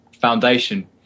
foundation